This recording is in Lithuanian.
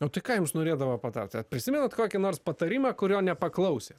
o tai ką jums norėdavo patart ar prisimenat kokį nors patarimą kurio nepaklausėt